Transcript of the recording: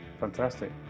Fantastic